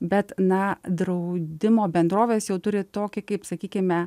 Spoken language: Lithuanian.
bet na draudimo bendrovės jau turi tokį kaip sakykime